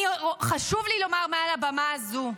חשוב לי לומר מעל הבמה הזאת,